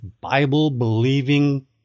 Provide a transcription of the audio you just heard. Bible-believing